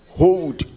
hold